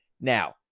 Now